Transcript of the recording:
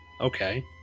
okay